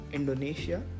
Indonesia